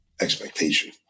expectation